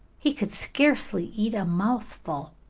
he could scarcely eat a mouthful.